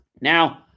Now